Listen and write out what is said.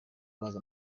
bazi